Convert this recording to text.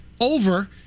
over